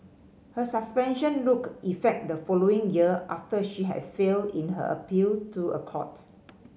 her suspension look effect the following year after she had failed in her appeal to a court